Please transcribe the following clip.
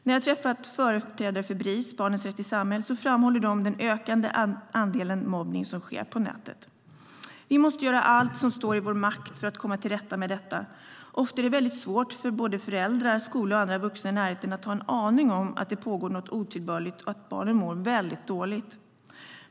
När jag träffat företrädare för Bris, Barnens rätt i samhället, framhåller de den ökade andelen mobbning som sker på nätet. Vi måste göra allt som står i vår makt för att komma till rätta med detta. Ofta är det svårt för föräldrar, skola och andra vuxna i närheten att en ha en aning om att det pågår något otillbörligt och att barnen mår väldigt dåligt.